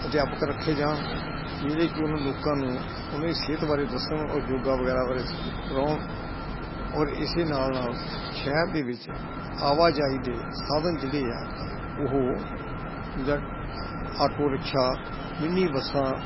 ਅਧਿਆਪਕ ਰੱਖੇ ਜਾਣ ਜਿਹੜੇ ਕਿ ਉਹਨਾਂ ਲੋਕਾਂ ਨੂੰ ਉਹਨਾਂ ਦੀ ਸਿਹਤ ਬਾਰੇ ਦੱਸਣ ਉਹ ਜੋਗਾ ਵਗੈਰਾ ਬਾਰੇ ਸ ਕਰਵਾਉਣ ਔਰ ਇਸਦੇ ਨਾਲ ਨਾਲ ਸ਼ਹਿਰ ਦੇ ਵਿੱਚ ਆਵਾਜਾਈ ਦੇ ਸਾਧਨ ਜਿਹੜੇ ਆ ਉਹ ਜਿੱਦਾਂ ਆਟੋ ਰਿਕਸ਼ਾ ਮਿਨੀ ਬੱਸਾਂ